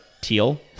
teal